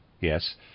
Yes